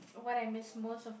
what I miss most of